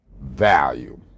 value